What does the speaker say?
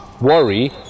worry